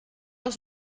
els